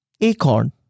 acorn